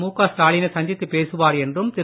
முக ஸ்டாலினை சந்தித்துப் பேசுவார் என்றும் திரு